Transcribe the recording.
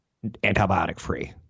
antibiotic-free